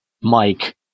Mike